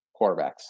quarterbacks